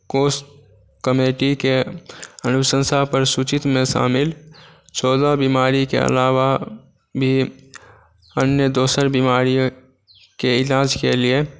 कोष कमिटीके अनुशंसा पर सूचितमे शामिल चौदह बीमारीके अलावा भी अन्य दोसर बीमारीके इलाजके लिये